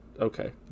Okay